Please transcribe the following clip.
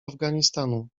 afganistanu